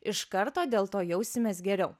iš karto dėl to jausimės geriau